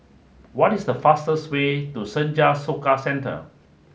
what is the fastest way to Senja Soka Centre